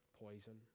poison